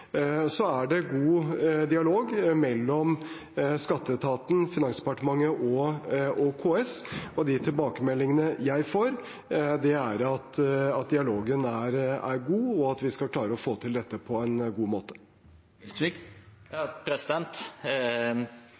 er god dialog mellom skatteetaten, Finansdepartementet og KS, og de tilbakemeldingene jeg får, er at dialogen er god, og at vi skal få til dette på en god